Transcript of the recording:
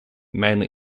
mainly